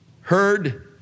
heard